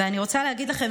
ואני רוצה להגיד לכם,